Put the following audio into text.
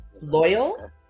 Loyal